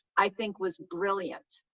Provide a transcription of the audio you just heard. i think, was brilliant,